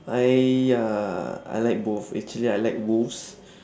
I uh I like both actually I like wolves